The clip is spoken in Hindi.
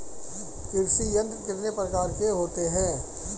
कृषि यंत्र कितने प्रकार के होते हैं?